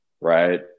right